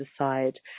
aside